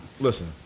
Listen